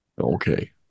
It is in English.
okay